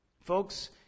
Folks